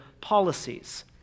policies